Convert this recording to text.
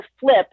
flip